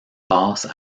passe